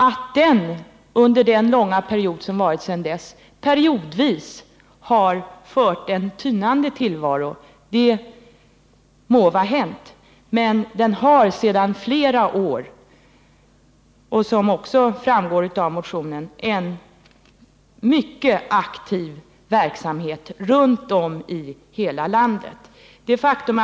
Att den under den långa tid som sedan dess har förflutit periodvis har fört en tynande tillvaro må vara hänt, men den bedriver sedan flera år, vilket också framgår av motionen, en mycket aktiv verksamhet i hela landet.